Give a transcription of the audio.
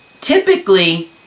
typically